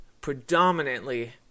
predominantly